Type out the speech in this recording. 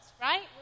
right